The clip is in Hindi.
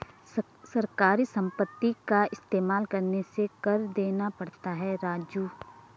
सरकारी संपत्ति का इस्तेमाल करने से कर देना पड़ता है राजू